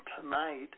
tonight